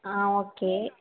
ஆ okay